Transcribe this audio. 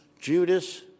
Judas